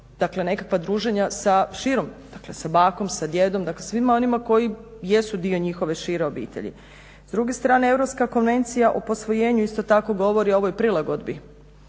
i nekakva druženja sa širom, dakle sa bakom, sa djedom dakle svima onima koji jesu dio njihove šire obitelji. S druge strane Europska konvencija o posvojenju isto tako govori o ovoj prilagodbi.